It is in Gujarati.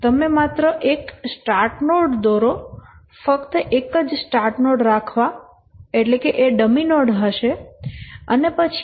તમે માત્ર એક સ્ટાર્ટ નોડ દોરો ફક્ત એક જ સ્ટાર્ટ નોડ રાખવા અને પછી E માટે આપણી પાસે B હશે